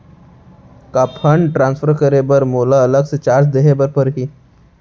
का fund transfer करे बर मोला अलग से चार्ज देहे बर परही?